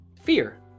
fear